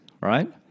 right